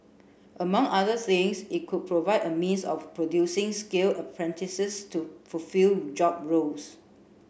among other things it could provide a means of producing skill apprentices to fulfil job roles